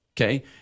Okay